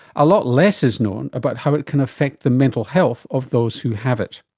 a lot less is known about how it can affect the mental health of those who have it.